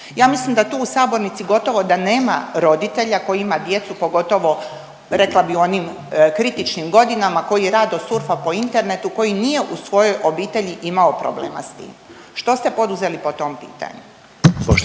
Ja mislim da tu u sabornici gotovo da nema roditelja koji ima djecu pogotovo rekla bi u onim kritičnim godinama koji rado surfa po internetu, koji nije u svojoj obitelji imao problema s tim. Što ste poduzeli po tom pitanju.